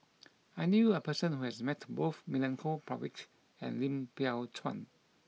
I knew a person who has met both Milenko Prvacki and Lim Biow Chuan